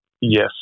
Yes